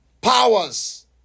powers